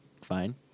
fine